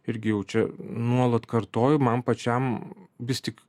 irgi jau čia nuolat kartoju man pačiam vis tik